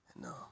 No